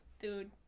Dude